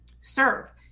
serve